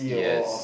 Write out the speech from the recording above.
yes